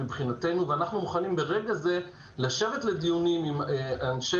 ואנחנו מוכנים ברגע זה לשבת לדיונים עם כל